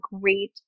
great